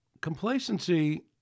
Complacency